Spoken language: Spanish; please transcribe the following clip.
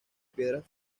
piedras